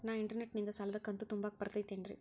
ನಾ ಇಂಟರ್ನೆಟ್ ನಿಂದ ಸಾಲದ ಕಂತು ತುಂಬಾಕ್ ಬರತೈತೇನ್ರೇ?